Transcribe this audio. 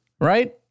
right